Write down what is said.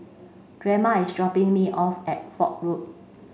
Drema is dropping me off at Foch Road